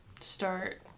start